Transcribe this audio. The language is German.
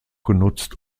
genutzt